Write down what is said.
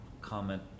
comment